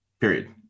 period